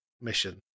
mission